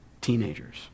teenagers